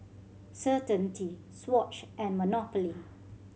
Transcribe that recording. Certainty Swatch and Monopoly